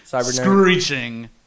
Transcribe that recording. Screeching